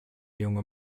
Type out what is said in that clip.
junge